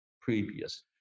previous